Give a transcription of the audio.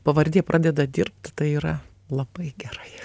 pavardė pradeda dirbti tai yra labai gerai